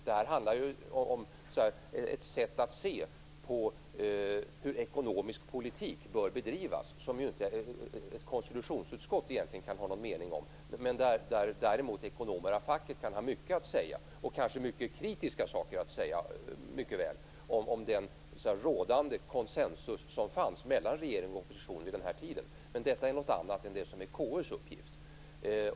Det handlar här om ett sätt att se på hur ekonomisk politik bör bedrivas som egentligen inte ett konstitutionsutskott kan ha någon mening om men som ekonomer av facket däremot kan ha mycket att säga om, kanske också mycket kritiska saker. Det kan gälla den konsensus som rådde mellan regering och opposition vid den här tiden. Men detta är något annat än KU:s uppgift.